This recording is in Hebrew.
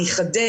אני אחדד.